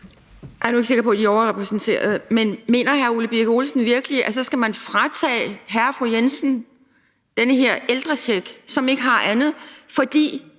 Jeg er nu ikke sikker på, at de er overrepræsenteret. Men mener hr. Ole Birk Olesen virkelig, at man så skal fratage hr. og fru Jensen, som ikke har andet, den